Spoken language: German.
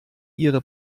ihre